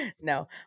No